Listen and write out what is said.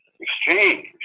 exchange